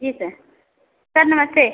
जी sir sir नमस्ते